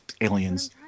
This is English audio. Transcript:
aliens